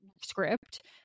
script